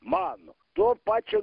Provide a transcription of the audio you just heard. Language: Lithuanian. mano tuo pačiu